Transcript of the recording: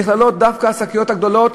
נכללות דווקא השקיות הגדולות,